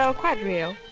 so quite real.